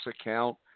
account